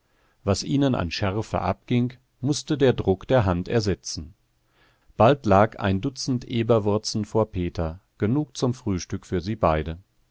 was ihnen an schärfe abging mußte der druck der hand ersetzen bald lag ein dutzend eberwurzen vor peter genug zum frühstück für sie beide